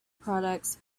products